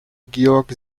georg